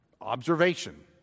observation